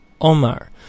Omar